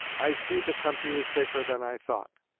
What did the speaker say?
i see the country is safer than i thought